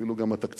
אפילו גם התקציבים